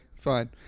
fine